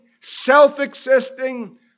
self-existing